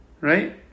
Right